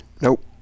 Nope